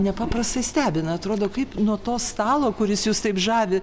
nepaprastai stebina atrodo kaip nuo to stalo kuris jus taip žavi